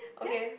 eayh